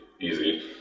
easy